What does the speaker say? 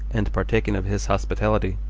and partaken of his hospitality.